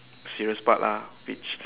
serious part lah which